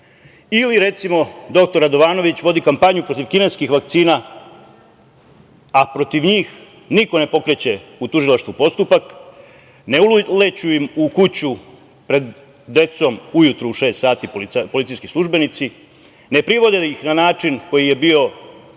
ili, recimo, dr Radovanović vodi kampanju protiv kineskih vakcina, a protiv njih niko ne pokreće u Tužilaštvu postupak, ne uleću im u kuću pred decom ujutru u šest sati policijski službenici, ne privode ih na način koji je bio